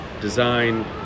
design